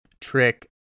trick